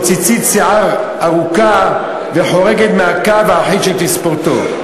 ציצית שיער ארוכה וחורגת מהקו האחיד של תספורתו".